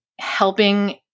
helping